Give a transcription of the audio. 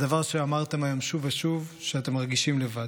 הדבר שאמרתם היום שוב ושוב הוא שאתם מרגישים לבד.